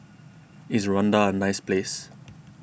is Rwanda a nice place